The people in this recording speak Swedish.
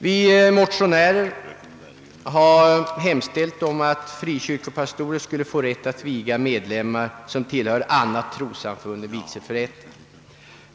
Vi motionärer har hemställt att frikyrkopastorer skall få rätt att viga medlemmar som tillhör annat trossamfund än vigselförrättarens.